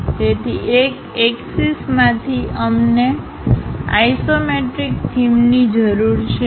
તેથી એક એક્ષસમાંથી અમને આઇસોમેટ્રિક થીમની જરૂર છે